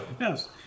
yes